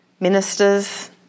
Ministers